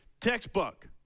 textbook